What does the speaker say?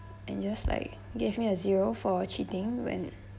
and just like gave me a zero for cheating when